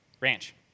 ranch